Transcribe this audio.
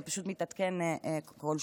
זה פשוט מתעדכן כל שעה.